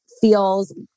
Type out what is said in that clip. feels